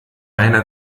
einer